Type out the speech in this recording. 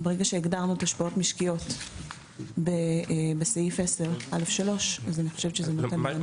ברגע שהגדרנו את השפעות משקיות בסעיף 10א3 אני חושבת שזה נתן מענה.